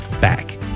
back